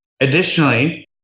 Additionally